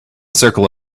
circle